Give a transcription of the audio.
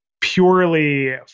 purely